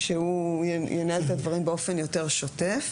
שהוא ינהל את הדברים באופן יותר שוטף.